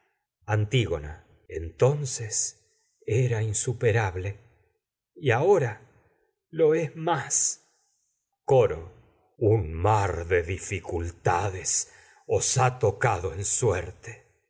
antígona más entonces era insuperable y ahora lo es coro un mar de dificultades os ha tocado en suerte